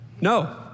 No